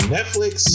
Netflix